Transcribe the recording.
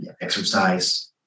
exercise